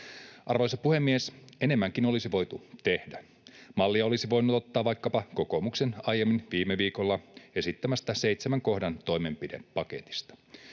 Arvoisa puhemies! Enemmänkin olisi voitu tehdä. Mallia olisi voinut ottaa vaikkapa kokoomuksen aiemmin viime viikolla esittämästä seitsemän kohdan toimenpidepaketista.